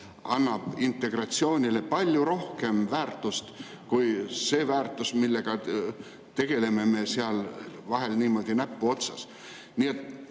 annab integratsioonile palju rohkem väärtust kui see, millega me tegeleme seal vahel niimoodi näpu otsast.